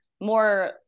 more –